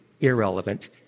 irrelevant